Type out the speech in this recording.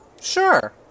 sure